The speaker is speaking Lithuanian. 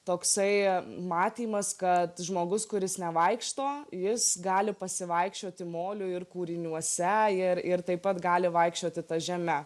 toksai matymas kad žmogus kuris nevaikšto jis gali pasivaikščioti moliu ir kūriniuose ir ir taip pat gali vaikščioti ta žeme